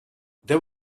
there